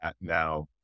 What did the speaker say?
now